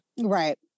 Right